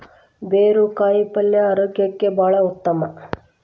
ಬೇರು ಕಾಯಿಪಲ್ಯ ಆರೋಗ್ಯಕ್ಕೆ ಬಹಳ ಉತ್ತಮ